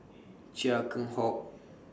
Chia Keng Hock